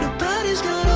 body's